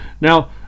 Now